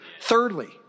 Thirdly